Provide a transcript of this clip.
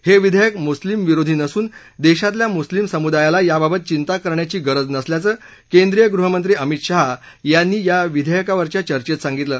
हे विधेयक मुस्लीमविरोधी नसून देशातल्या मुस्लीम समुदायाला याबाबत चिंता करण्याची गरज नसल्याच केंद्रीय गृहमंत्री अमित शहा यांनी या विधेयकावरच्या चर्चेत सांगितलं